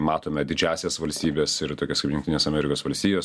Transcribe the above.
matome didžiąsias valstybes ir tokias kaip jungtinės amerikos valstijos